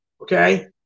okay